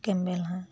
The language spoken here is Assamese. কেম্বেল হাঁহ